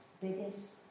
biggest